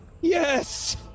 Yes